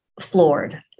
floored